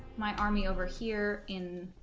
my army over here in